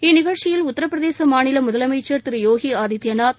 இந்நிகழ்ச்சியில் உத்தரப்பிரதேச மாநில முதலமைச்சர் திரு போகி ஆதித்யநாத்